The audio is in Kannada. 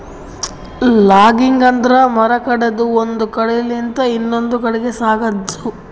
ಲಾಗಿಂಗ್ ಅಂದ್ರ ಮರ ಕಡದು ಒಂದ್ ಕಡಿಲಿಂತ್ ಇನ್ನೊಂದ್ ಕಡಿ ಸಾಗ್ಸದು